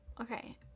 okay